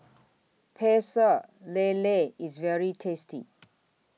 Pecel Lele IS very tasty